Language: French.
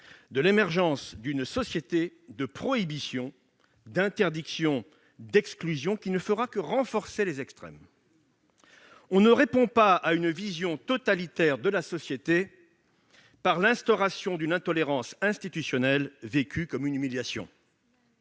de l'émergence d'une société de prohibition, d'interdiction et d'exclusion, qui ne fera que renforcer les extrêmes. On ne répond pas à une vision totalitaire de la société par l'instauration d'une intolérance institutionnelle vécue comme une humiliation.